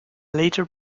later